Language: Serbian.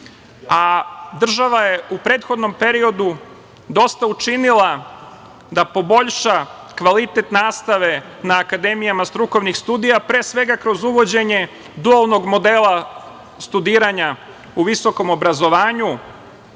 a država je u prethodnom periodu dosta učinila da poboljša kvalitet nastave na akademija strukovnih studija, pre svega kroz uvođenje dualnog modela studiranja u visokom obrazovanju. Tako,